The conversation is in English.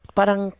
Parang